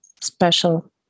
special